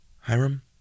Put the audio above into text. Hiram